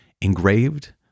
engraved